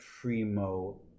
primo